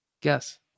Guess